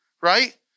Right